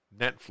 Netflix